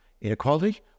Inequality